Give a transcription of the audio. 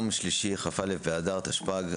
היום יום שלישי כ"א באדר התשפ"ג,